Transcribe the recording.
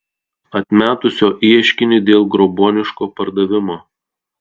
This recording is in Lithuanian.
atmetusio ieškinį dėl grobuoniško pardavimo